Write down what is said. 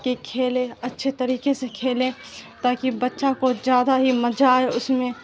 کہ کھیلے اچھے طریقے سے کھیلیں تاکہ بچہ کو زیادہ ہی مزہ آئے اس میں